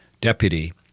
deputy